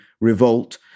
revolt